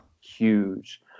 Huge